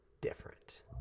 different